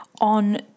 on